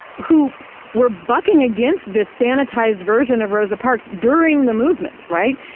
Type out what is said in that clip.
who were bucking against this sanitized version of rosa parks during the movement, right?